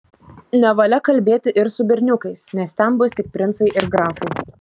nevalia kalbėti ir su berniukais nes ten bus tik princai ir grafai